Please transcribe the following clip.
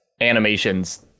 animations